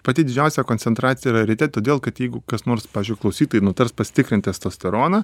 pati didžiausia koncentracija yra ryte todėl kad jeigu kas nors pavyzdžiui klausytojai nutars pasitikrinti testosteroną